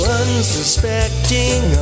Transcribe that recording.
unsuspecting